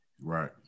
Right